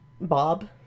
Bob